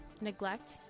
neglect